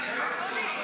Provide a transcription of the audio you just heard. תן את נאום חייך.